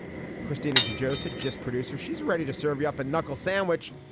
christina joseph, just producer. she's ready to serve you up a knuckle sandwich.